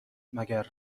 مگر